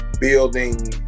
building